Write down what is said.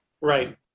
Right